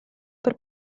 per